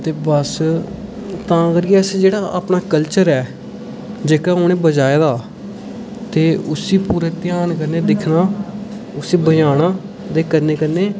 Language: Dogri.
ते बस तां करियै अस जेह्ड़ा अपना कल्चर ऐ जेह्का उ'नें बचाए दा ते उसी पूरे ध्यान कन्नै दिक्खना उसी बचाना ते कन्नै कन्नै